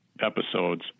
episodes